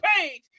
page